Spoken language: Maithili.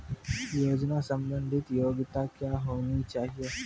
योजना संबंधित योग्यता क्या होनी चाहिए?